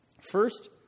First